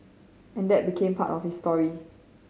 and that became part of his story